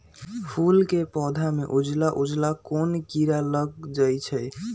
फूल के पौधा में उजला उजला कोन किरा लग जई छइ?